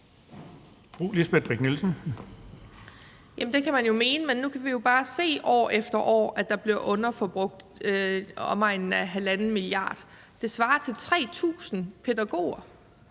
det kan man jo mene, men nu kan vi jo bare se år efter år, at der bliver underforbrugt i omegnen af 1,5 mia. kr. Det svarer til 3.000 pædagoger